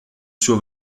suo